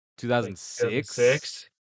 2006